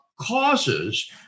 causes